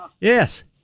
Yes